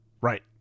Right